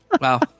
Wow